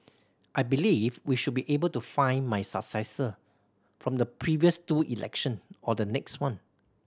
I believe we should be able to find my successor from the previous two election or the next one